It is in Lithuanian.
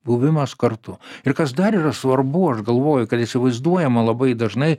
buvimas kartu ir kas dar yra svarbu aš galvoju kad įsivaizduojama labai dažnai